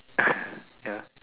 yeah